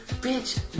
bitch